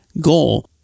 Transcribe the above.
goal